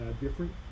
different